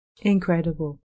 Incredible